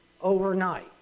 overnight